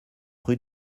rue